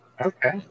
Okay